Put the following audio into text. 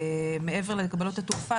מעבר להגבלות התעופה,